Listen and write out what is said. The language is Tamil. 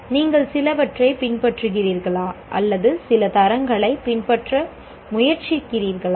நீங்கள் சிலவற்றைப் பின்பற்றுகிறீர்களா அல்லது சில தரங்களைப் பின்பற்ற முயற்சிக்கிறீர்களா